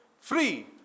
free